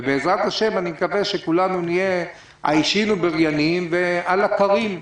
ובעזרת ה' אני מקווה שכולנו נהיה בריאים ואללה כרים.